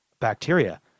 bacteria